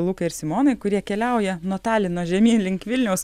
luką ir simonai kurie keliauja nuo talino žemyn link vilniaus